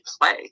play